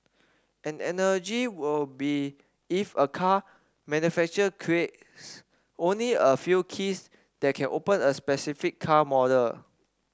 an analogy will be if a car manufacturer creates only a few keys that can open a specific car model